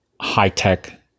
high-tech